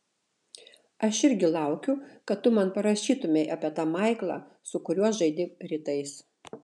aš irgi laukiu kad tu man parašytumei apie tą maiklą su kuriuo žaidi rytais